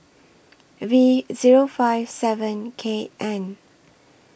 V Zero five seven K N